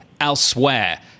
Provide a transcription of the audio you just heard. elsewhere